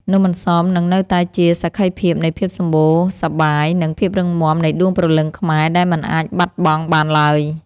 នំអន្សមនឹងនៅតែជាសក្ខីភាពនៃភាពសម្បូរសប្បាយ និង ភាពរឹងមាំនៃដួងព្រលឹងខ្មែរដែលមិនអាចបាត់បង់បានឡើយ។